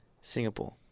Singapore